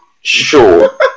Sure